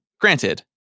Granted